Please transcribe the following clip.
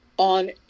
on